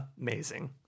Amazing